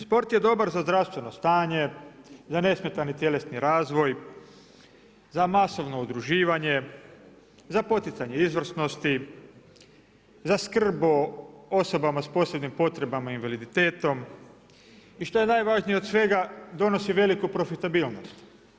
Sport je dobar za zdravstveno stanje, za nesmetani tjelesni razvoj, za masovno udruživanje, za poticanje izvrsnosti, za skrb o osobama s posebnim potrebama i invaliditetom i što je najvažnije od svega donosi veliku profitabilnost.